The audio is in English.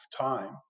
time